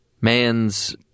man's